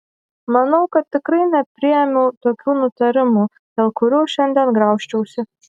manau kad tikrai nepriėmiau tokių nutarimų dėl kurių šiandien graužčiausi